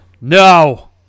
No